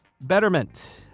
Betterment